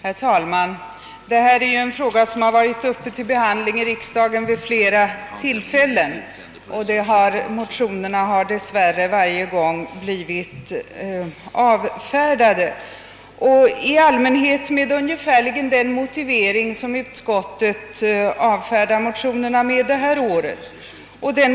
Herr talman! Denna fråga har varit uppe till behandling i riksdagen vid flera tillfällen. De motioner som har väckts i frågan har dess värre varje gång avfärdats, i allmänhet med ungefär den motivering, med vilken utskottet i år avfärdar motionerna.